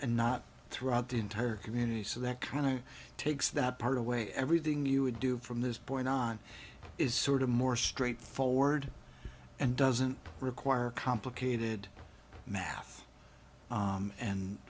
and not throughout the entire community so that kind of takes that part of way everything you do from this point on is sort of more straightforward and doesn't require complicated math